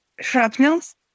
shrapnels